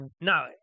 No